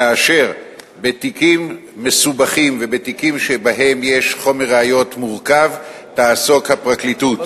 כאשר בתיקים מסובכים ובתיקים שבהם יש חומר ראיות מורכב תעסוק הפרקליטות.